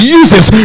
uses